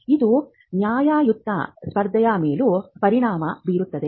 ಇದು ನ್ಯಾಯಯುತ ಸ್ಪರ್ಧೆಯ ಮೇಲೂ ಪರಿಣಾಮ ಬೀರುತ್ತದೆ